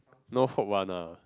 no hope one lah